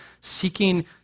seeking